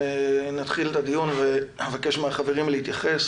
לפני שנתחיל את הדיון ואבקש מהחברים להתייחס